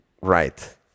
right